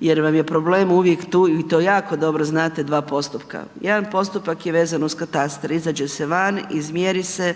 jer vam je problem uvijek tu i to jako dobro znate dva postupka. jedan postupak je vezan uz katastre, izađe se van, izmjeri se,